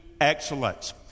excellence